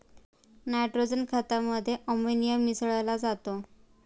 nitrogen खतामध्ये ammonia मिसळा जातो